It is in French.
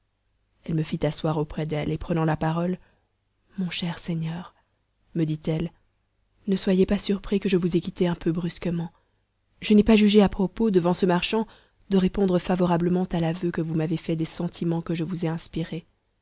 elle me fit asseoir auprès d'elle et prenant la parole mon cher seigneur me dit-elle ne soyez pas surpris que je vous aie quitté un peu brusquement je n'ai pas jugé à propos devant ce marchand de répondre favorablement à l'aveu que vous m'avez fait des sentiments que je vous ai inspirés